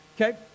Okay